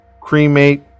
cremate